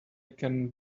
can